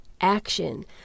action